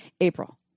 April